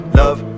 love